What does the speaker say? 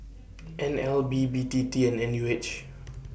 N L B B T T and N U H